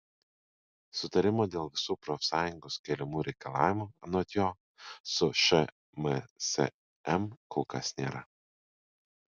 sutarimo dėl visų profsąjungos keliamų reikalavimų anot jo su šmsm kol kas nėra